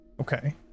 Okay